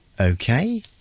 Okay